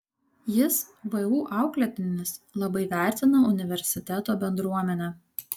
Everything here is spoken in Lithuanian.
jis vu auklėtinis labai vertina universiteto bendruomenę